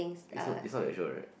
is not is not that show right